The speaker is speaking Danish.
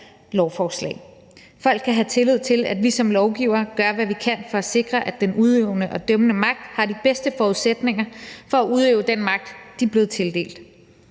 lovforslag. Folk kan have tillid til, at vi som lovgivere gør, hvad vi kan for at sikre, at den udøvende og dømmende magt har de bedste forudsætninger for at udøve den magt, de er blevet tildelt.